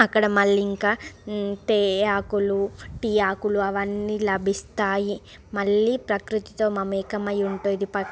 అక్కడ మళ్ళి ఇంకా తే ఆకులు టీ ఆకులు అవన్నీ లభిస్తాయి మళ్ళీ ప్రకృతితో ఏకమై ఉంటాయి